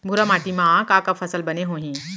भूरा माटी मा का का फसल बने होही?